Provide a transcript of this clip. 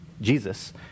Jesus